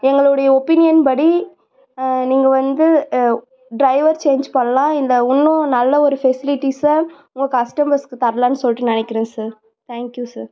எங்களுடைய ஒப்பீனியன் படி நீங்கள் வந்து ட்ரைவர் சேஞ்ச் பண்ணலாம் இல்லை இன்னும் நல்ல ஒரு ஃபெசிலிட்டிஸை உங்கள் கஸ்டமர்ஸுக்கு தரலான்னு சொல்லிட்டு நெனைக்கிறேன் சார் தேங்க்யூ சார்